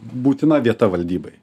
būtina vieta valdybai